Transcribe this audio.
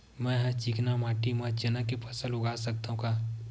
मै ह चिकना माटी म चना के फसल उगा सकथव का?